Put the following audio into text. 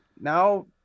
now